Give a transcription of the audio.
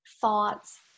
thoughts